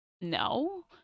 No